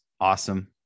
awesome